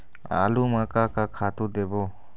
आलू म का का खातू देबो?